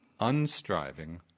unstriving